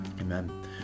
Amen